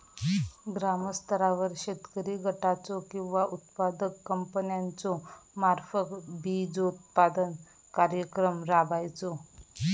ग्रामस्तरावर शेतकरी गटाचो किंवा उत्पादक कंपन्याचो मार्फत बिजोत्पादन कार्यक्रम राबायचो?